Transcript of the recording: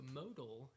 modal